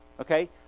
Okay